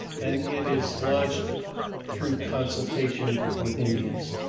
and it is launched through consultation with indians.